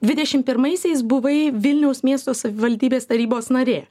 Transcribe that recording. dvidešim pirmaisiais buvai vilniaus miesto savivaldybės tarybos narė